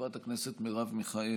חברת הכנסת מרב מיכאלי,